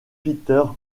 peter